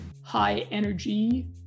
high-energy